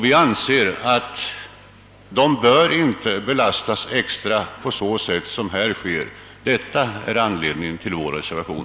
Vi anser att de inte bör belastas extra på det sätt som föreslås, och detta är anledningen till vår reservation.